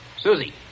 Susie